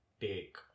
take